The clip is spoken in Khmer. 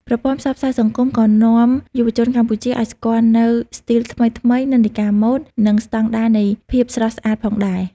ប្រព័ន្ធផ្សព្វផ្សាយសង្គមក៏នាំយុវជនកម្ពុជាឱ្យស្គាល់នូវស្ទីលថ្មីៗ និន្នាការម៉ូដ និងស្តង់ដារនៃភាពស្រស់ស្អាតផងដែរ។